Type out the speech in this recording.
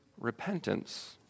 repentance